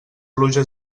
pluja